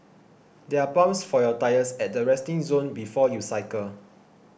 there are pumps for your tyres at the resting zone before you cycle